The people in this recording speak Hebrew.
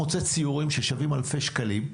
מוצא ציורים ששווים אלפי שקלים,